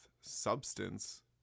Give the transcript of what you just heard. substance